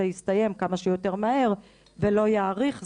יסתיים כמה שיותר מהר ולא יאריך זמן.